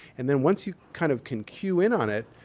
and then, once you kind of can cue in on it,